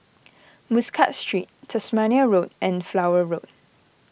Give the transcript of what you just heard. Muscat Street Tasmania Road and Flower Road